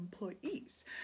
employees